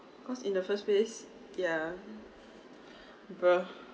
cause in the first place ya